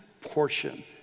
portion